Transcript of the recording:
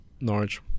Norwich